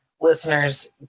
Listeners